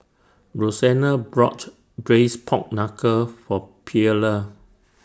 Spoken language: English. Rosena bought Braised Pork Knuckle For Pearla